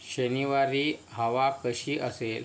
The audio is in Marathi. शनिवारी हवा कशी असेल